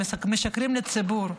אתם משקרים לציבור,